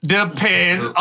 Depends